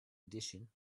edition